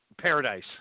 paradise